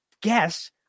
guess